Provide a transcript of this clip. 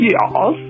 Yes